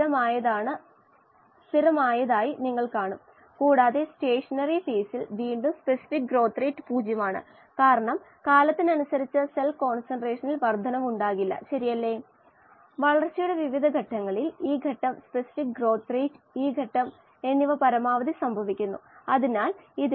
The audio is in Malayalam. ഇൻപുട്ട് തോത് നമ്മൾ കണ്ടതാണ് അത് 𝐾𝐿a𝐶𝑂2 ∗− 𝐶𝑂2 𝑉കോശങ്ങൾ ഉണ്ടെങ്കിൽ ഉപഭോഗനിരക്കിന്റെ qO2 തവണയാണ് ഗുണം വ്യാപ്തം qO2 എന്നത് കോശ ഗാഢതയുടെ അടിസ്ഥാനത്തിൽ ഒരു കോശത്തിന്റെ ഗാഢതയനുസരിച്ച് ഓരോ വ്യാപ്തത്തിനും മാസ്സ് കിട്ടാൻ കോശത്തിന്റെ ഗാഢത കൊണ്ട് ഗുണിക്കണം ഓരോ സമയത്തും മാസ്സ് കിട്ടാൻ എടുക്കുന്ന അളവ് ഉപയോഗിച്ച് അതിനെ ഗുണിക്കേണ്ടതുണ്ട്